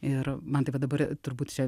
ir man tai vat dabar turbūt čia